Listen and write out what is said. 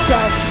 God